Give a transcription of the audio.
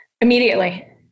Immediately